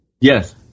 Yes